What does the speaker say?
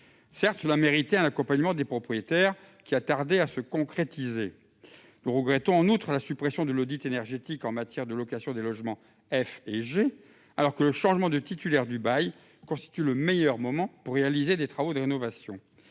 Certes, cela méritait un accompagnement des propriétaires, qui a tardé à se concrétiser. Nous regrettons, en outre, la suppression de l'audit énergétique pour la location des logements F et G, alors que le changement de titulaire du bail constitue le meilleur moment pour réaliser des travaux de rénovation.